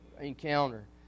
encounter